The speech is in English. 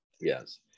yes